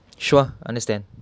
sure understand